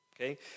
okay